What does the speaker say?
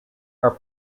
are